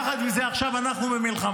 יחד עם זה, עכשיו אנחנו במלחמה.